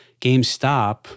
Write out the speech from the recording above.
GameStop